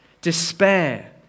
despair